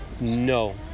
no